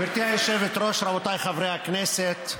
גברתי היושבת-ראש, רבותיי חברי הכנסת,